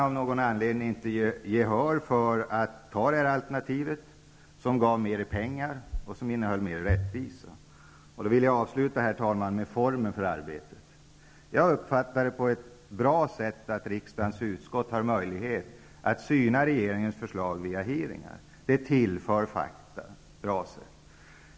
Av någon anledning fick vi inte gehör för vårt alternativ, vilket gav mer i pengar och innebar en större rättvisa. Jag vill, herr talman, avsluta mitt anförande med att säga något om formerna för arbetet. Jag uppfattar det som bra att riksdagens utskott har möjlighet att syna regeringens förslag via utfrågningar. Det tillför fakta.